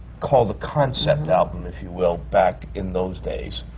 called a concept album, if you will, back in those days.